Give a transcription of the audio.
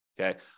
Okay